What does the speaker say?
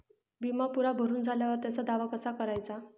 बिमा पुरा भरून झाल्यावर त्याचा दावा कसा कराचा?